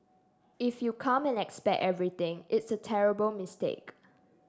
if you come and expect everything it's a terrible mistake